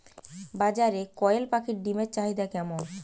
বাজারে কয়ের পাখীর ডিমের চাহিদা কেমন?